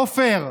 עופר,